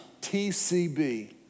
TCB